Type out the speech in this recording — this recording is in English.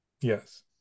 Yes